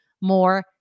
more